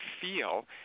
feel